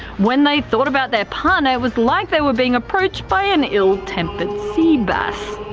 when they thought about their partner it was like they were being approached by an ill-tempered sea bass.